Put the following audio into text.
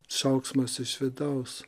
šauksmas iš vidaus